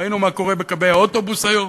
ראינו מה קורה בקווי האוטובוס היום,